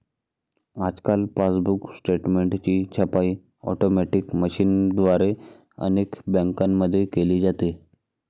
आजकाल पासबुक स्टेटमेंटची छपाई ऑटोमॅटिक मशीनद्वारे अनेक बँकांमध्ये केली जाते